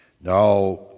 Now